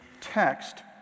text